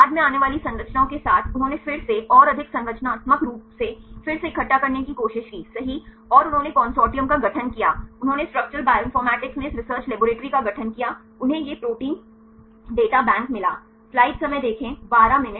बाद में आने वाली संरचनाओं के साथ उन्होंने फिर से और अधिक संरचनात्मक रूप से फिर से इकट्ठा करने की कोशिश की सही और उन्होंने कंसोर्टियम का गठन किया उन्होंने स्ट्रक्चरल बायोइनफॉरमैटिक्स में इस रिसर्च कोलैबोरेट्री का गठन किया उन्हें यह प्रोटीन डेटा बैंक मिला